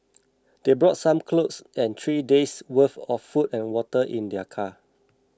they brought some clothes and three days' worth of food and water in their car